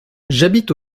j’habite